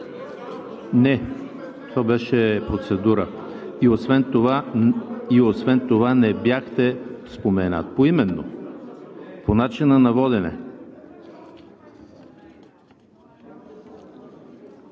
Не, това беше процедура и освен това не бяхте споменат поименно. По начина на водене?